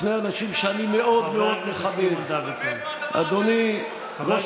שני אנשים שאני מאוד מכבד: אדוני ראש